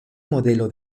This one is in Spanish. modelo